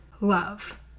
Love